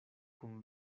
kun